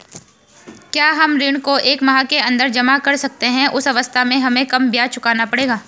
क्या हम ऋण को एक माह के अन्दर जमा कर सकते हैं उस अवस्था में हमें कम ब्याज चुकाना पड़ेगा?